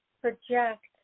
project